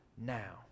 now